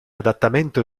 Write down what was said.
adattamento